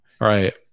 right